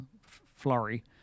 flurry